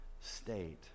state